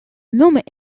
moment